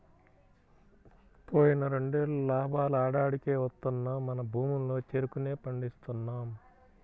పోయిన రెండేళ్ళు లాభాలు ఆడాడికే వత్తన్నా మన భూముల్లో చెరుకునే పండిస్తున్నాం